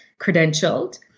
credentialed